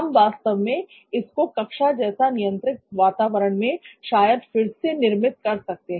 हम वास्तव में इसको कक्षा जैसे नियंत्रित वातावरण में शायद फिर से निर्मित कर सकते हैं